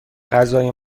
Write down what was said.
غذای